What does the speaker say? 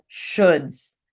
shoulds